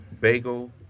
bagel